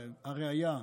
והראיה,